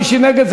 ומי שנגד,